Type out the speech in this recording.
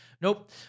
nope